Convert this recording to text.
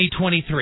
2023